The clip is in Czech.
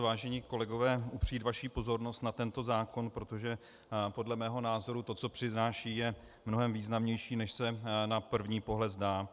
Vážení kolegové, chtěl bych upřít vaši pozornost na tento zákon, protože podle mého názoru to, co přináší, je mnohem významnější, než se na první pohled zdá.